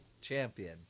champion